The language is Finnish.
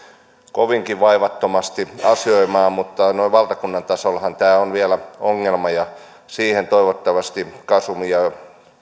kovinkin vaivattomasti asioimaan mutta noin valtakunnan tasollahan tämä on vielä ongelma ja siihen toivottavasti gasum ja